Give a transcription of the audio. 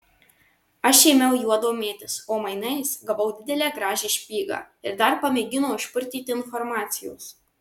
aš ėmiau juo domėtis o mainais gavau didelę gražią špygą ir dar pamėgino išpurtyti informacijos